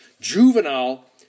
juvenile